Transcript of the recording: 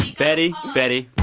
betty, betty